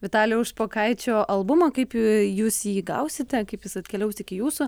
vitalijaus špokaičio albumo kaip jūs jį gausite kaip jis atkeliaus iki jūsų